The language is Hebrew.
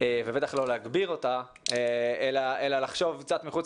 ובטח לא להגביר אותה אלא לחשוב קצת מחוץ